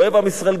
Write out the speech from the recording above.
אוהב עם ישראל,